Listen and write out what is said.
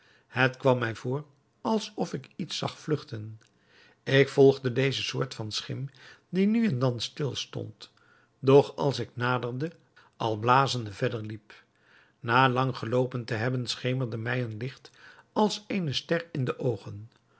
het kwam mij voor als of ik iets zag vlugten ik volgde deze soort van schim die nu en dan stil stond doch als ik naderde al blazende verder liep na lang geloopen te hebben schemerde mij een licht als eene ster in de oogen